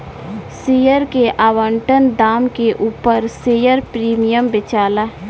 share के आवंटन दाम के उपर शेयर प्रीमियम बेचाला